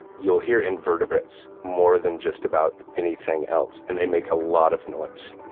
you'll hear invertebrates more than just about anything else, and they make a lot of noise.